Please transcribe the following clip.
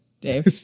Dave